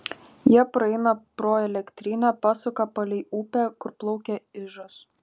jie praeina pro elektrinę pasuka palei upę kur plaukia ižas